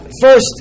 First